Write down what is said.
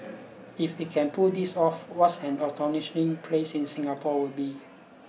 if it can pull this off what an astonishing place in Singapore would be